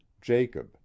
jacob